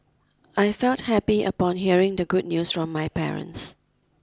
I felt happy upon hearing the good news from my parents